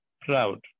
proud